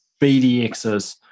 BDXs